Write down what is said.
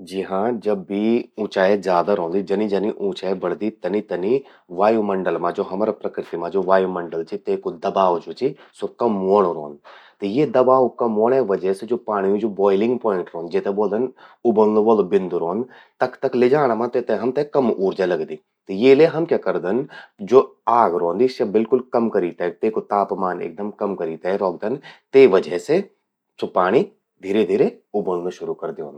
जी हां...जब भी ऊंचाई ज्यादा रौंदि, जनि जनि ऊंचाई बढ़दि, तनितनि वायुमंडल मां, हमरा प्रकृति मां ज्वो वायुमंडल चि तेमां दबाव ज्वो चि स्वो कम ह्वोंणूं रौंद। त ये दबाव कम व्होंणे वजह से पाण्यू ज्वो बॉयलिंग पॉइंट रौंद जेते ब्वोल्दन उबल्ल़ं वलु बिंदु रौंद तख तक लिजाणं मां तेते हमते कम ऊर्जा लगदि। त ये ले हम क्या करदन ज्वो आग रौंदि स्या बिल्कुल कम करी ते, तापमान एकदम कम करी ते रौखदन। ते वजह से स्वो पाणी धीरे धीरे उबल्लं शुरू कर द्योंद।